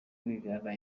rwigara